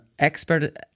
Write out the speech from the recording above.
expert